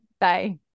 Bye